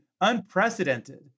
unprecedented